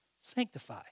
Sanctify